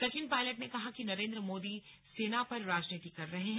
सचिन पायलट ने कहा कि नरेंद्र मोदी सेना पर राजनीति कर रहे हैं